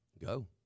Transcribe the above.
Go